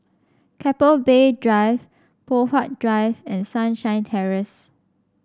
Keppel Bay Drive Poh Huat Drive and Sunshine Terrace